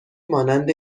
مانند